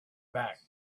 back